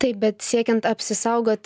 taip bet siekiant apsisaugot